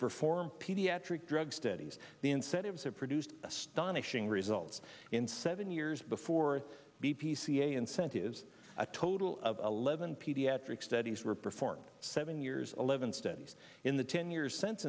perform pediatric drugs steadies the incentives have produced astonishing results in seven years before the p c a incentives a total of eleven pediatric studies were performed seven years eleven studies in the ten years since